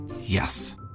Yes